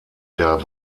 der